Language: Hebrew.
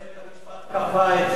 בית-המשפט כפה את זה.